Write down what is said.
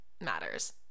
matters